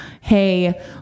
hey